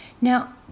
Now